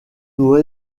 nos